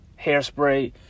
hairspray